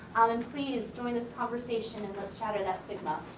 um and please join this conversation and let's shatter that stigma.